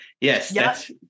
yes